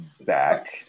back